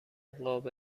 قاب